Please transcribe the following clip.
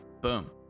Boom